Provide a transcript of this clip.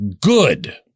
good